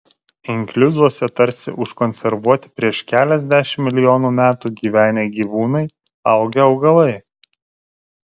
inkliuzuose tarsi užkonservuoti prieš keliasdešimt milijonų metų gyvenę gyvūnai augę augalai